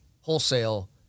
wholesale